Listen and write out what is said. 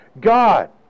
God